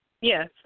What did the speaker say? Yes